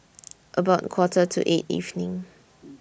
about Quarter to eight evening